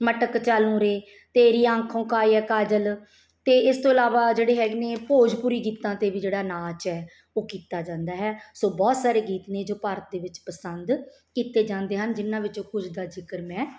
ਮਟਕ ਚਾਲੂ ਰੇ ਤੇਰੀ ਆਂਖੋਂ ਕਾ ਯੇ ਕਾਜਲ ਅਤੇ ਇਸ ਤੋਂ ਇਲਾਵਾ ਜਿਹੜੇ ਹੈਗੇ ਨੇ ਭੋਜਪੁਰੀ ਗੀਤਾਂ 'ਤੇ ਵੀ ਜਿਹੜਾ ਨਾਚ ਹੈ ਉਹ ਕੀਤਾ ਜਾਂਦਾ ਹੈ ਸੋ ਬਹੁਤ ਸਾਰੇ ਗੀਤ ਨੇ ਜੋ ਭਾਰਤ ਦੇ ਵਿੱਚ ਪਸੰਦ ਕੀਤੇ ਜਾਂਦੇ ਹਨ ਜਿਹਨਾਂ ਵਿੱਚੋਂ ਕੁਝ ਦਾ ਜ਼ਿਕਰ ਮੈਂ